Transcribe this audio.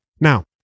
Now